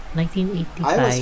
1985